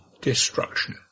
destruction